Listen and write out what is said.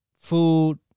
food